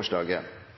Miljøpartiet De Grønne